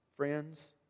Friends